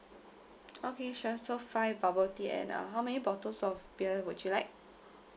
okay sure so five bubble tea and uh how many bottles of beer would you like